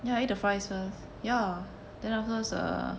ya I ate the fries first ya then afterwards uh